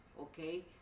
Okay